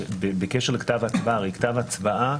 בשלב הזה, אחרי קיום האסיפה,